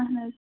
اہن حظ